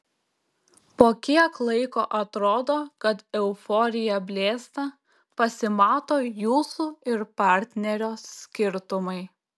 po kiek laiko atrodo kad euforija blėsta pasimato jūsų ir partnerio skirtumai